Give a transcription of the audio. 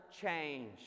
change